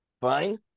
fine